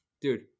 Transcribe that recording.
dude